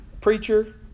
preacher